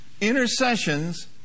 intercessions